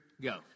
go